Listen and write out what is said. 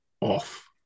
off